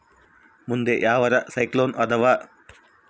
ಮುಂದೆ ಯಾವರ ಸೈಕ್ಲೋನ್ ಅದಾವ?